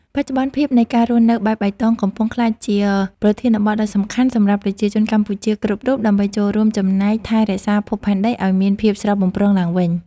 បច្ចុប្បន្នភាពនៃការរស់នៅបែបបៃតងកំពុងក្លាយជាប្រធានបទដ៏សំខាន់សម្រាប់ប្រជាជនកម្ពុជាគ្រប់រូបដើម្បីចូលរួមចំណែកថែរក្សាភពផែនដីឱ្យមានភាពស្រស់បំព្រងឡើងវិញ។